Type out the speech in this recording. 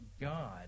God